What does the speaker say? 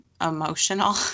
emotional